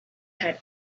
had